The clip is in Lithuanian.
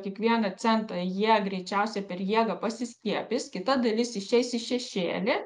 kiekvieną centą jie greičiausiai per jėgą pasiskiepys kita dalis išeis į šešėlį